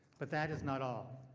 but that is not all.